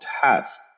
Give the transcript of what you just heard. test